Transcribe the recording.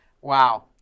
Wow